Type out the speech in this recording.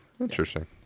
Interesting